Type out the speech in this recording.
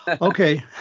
Okay